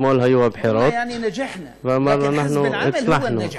אתמול היו הבחירות ואמרנו: אנחנו הצלחנו,